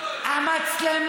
ראוי מאוד להעלות את הצעת החוק